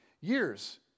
years